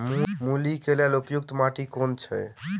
मूली केँ लेल उपयुक्त माटि केँ छैय?